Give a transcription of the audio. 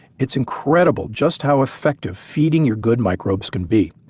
it's incredible just how effective feeding your good microbes can be,